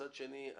מצד שני,